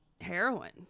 heroin